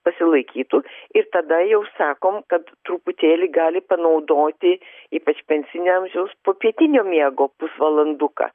pasilaikytų ir tada jau sakom kad truputėlį gali panaudoti ypač pensinio amžiaus popietinio miego pusvalanduką